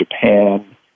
Japan